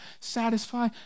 satisfy